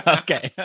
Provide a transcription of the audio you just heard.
okay